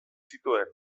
zituen